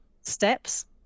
steps